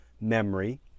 memory